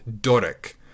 Doric